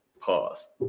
Pause